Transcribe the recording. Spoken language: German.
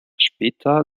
später